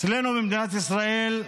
אצלנו, במדינת ישראל,